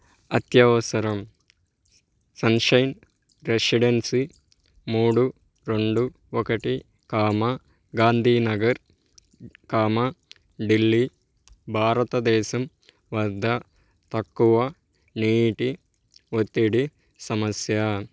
అత్యవసరం sunshine residency మూడు రెండు ఒకటి కామా గాంధీ నగర్ కామా ఢిల్లీ భారతదేశం వద్ద తక్కువ నీటి ఒత్తిడి సమస్య